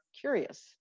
curious